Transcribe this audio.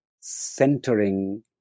centering